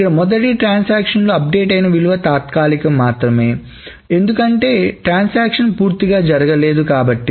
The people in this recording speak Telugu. ఇక్కడ మొదటి ట్రాన్సాక్షన్ లో అప్డేట్ అయిన విలువ తాత్కాలికం మాత్రమే ఎందుకంటే ట్రాన్సాక్షన్ పూర్తిగా జరగలేదు కాబట్టి